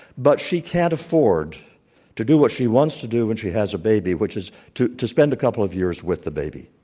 but she can't afford to do what she wants to do when she has a baby, which is to to spend a couple of years with the baby.